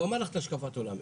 והוא אמר לך את השקפת העולם.